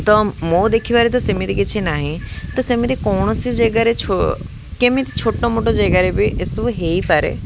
ତ ମୋ ଦେଖିବାରେ ତ ସେମିତି କିଛି ନାହିଁ ତ ସେମିତି କୌଣସି ଜାଗାରେ ଛ କେମିତି ଛୋଟ ମୋଟ ଜାଗାରେ ବି ଏସବୁ ହେଇପାରେ